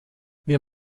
wir